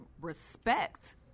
respect